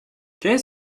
qu’est